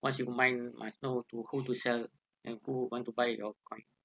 once you've mine must know to who to sell and who want to buy your bitcoin